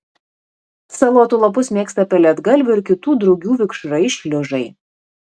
salotų lapus mėgsta pelėdgalvių ir kitų drugių vikšrai šliužai